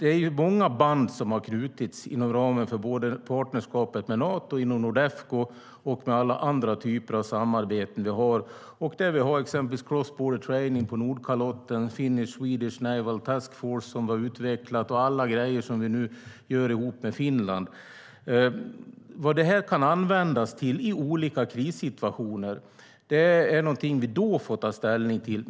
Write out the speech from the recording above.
Det är många band som har knutits inom ramen för partnerskapet med Nato, inom Nordefco och inom alla andra typer av samarbeten vi har. Vad det här kan användas till i olika krissituationer är någonting som vi får ta ställning till då.